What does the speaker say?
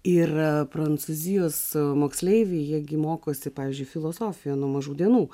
ir prancūzijos moksleiviai jie gi mokosi pavyzdžiui filosofiją nuo mažų dienų